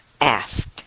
asked